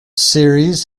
series